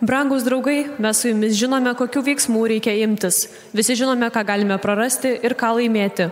brangūs draugai mes su jumis žinome kokių veiksmų reikia imtis visi žinome ką galime prarasti ir ką laimėti